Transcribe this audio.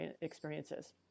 experiences